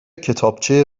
کتابچه